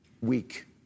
weak